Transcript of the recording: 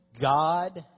God